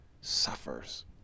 suffers